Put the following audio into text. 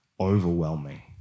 overwhelming